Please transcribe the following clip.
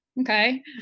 okay